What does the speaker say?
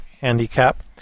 handicap